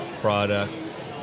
products